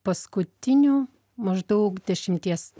paskutinių maždaug dešimties